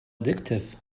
addictive